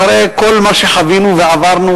אחרי כל מה שחווינו ועברנו